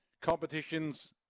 competitions